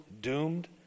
doomed